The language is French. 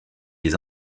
les